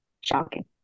shocking